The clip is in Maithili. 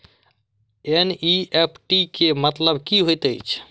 एन.ई.एफ.टी केँ मतलब की होइत अछि?